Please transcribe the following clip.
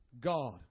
God